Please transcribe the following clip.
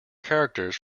characters